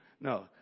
No